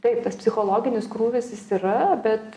taip tas psichologinis krūvis jis yra bet